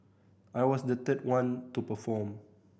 I was the third one to perform